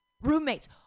roommates